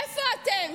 איפה אתם?